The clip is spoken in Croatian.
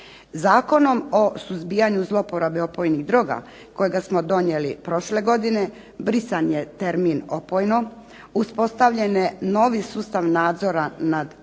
Zakonom o suzbijanju zloporabe opojnih droga kojega smo donijeli prošle godine brisan je termin opojno, uspostavljen je novi sustav nadzora nad